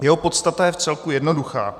Jeho podstata je vcelku jednoduchá.